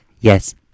Yes